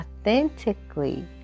authentically